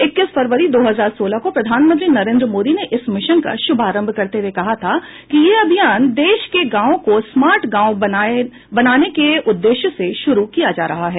इक्कीस फरवरी दो हजार सोलह को प्रधानमंत्री नरेन्द्र मोदी ने इस मिशन का शुभारंभ करते हुए कहा था कि यह अभियान देश के गांवों को स्मार्ट गांव बनाने के उद्देश्य से शुरू किया जा रहा है